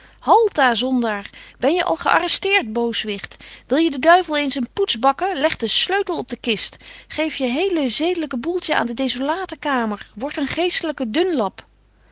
halta zondaar ben je al gearresteert booswicbt wil je den duivel eens een poets bakken leg de sleutel op de kist geef je hele zedelyk boêltje aan de desolate kamer word een geestelyke dunlap maar